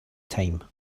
time